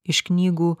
iš knygų